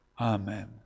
Amen